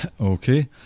Okay